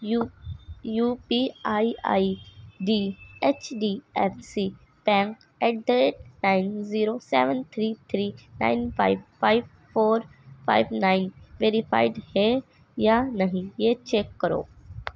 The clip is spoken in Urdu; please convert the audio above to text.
you U P I I D H D F C bank at the rate nine zero seven three three nine five five four five nine verified ہے یا نہیں یہ چیک کرو